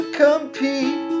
compete